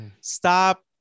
stop